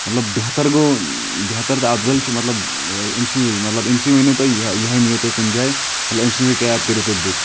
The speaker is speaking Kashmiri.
مطلب بہتر گوٚو بہتر تہٕ افضل چھُ مطلب أمۍ سٕنٛزٕے مطلب أمۍ سٕے ؤنِو تُہی تہٕ یہٕے نِیِو تُۄہہِ کُنہِ جایہِ مطلب أمۍ سٕنٛزٕے کیب کٔرِو تُہۍ بُک